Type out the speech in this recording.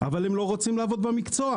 אבל הם לא רוצים לעבוד במקצוע.